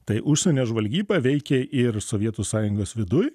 tai užsienio žvalgyba veikė ir sovietų sąjungos viduj